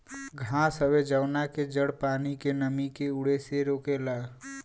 घास हवे जवना के जड़ पानी के नमी के उड़े से रोकेला